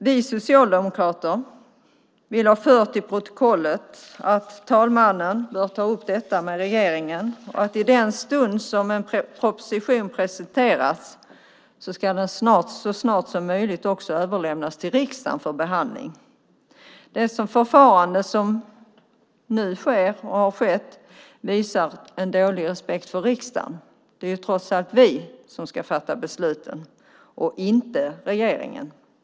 Vi socialdemokrater vill ha fört till protokollet att talmannen bör ta upp detta med regeringen och att en proposition i den stund som den presenteras så snart som möjligt också ska överlämnas till riksdagen för behandling. Detta förfarande visar på en dålig respekt för riksdagen. Det är trots allt vi som ska fatta besluten och inte regeringen.